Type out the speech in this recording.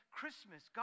Christmas